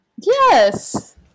Yes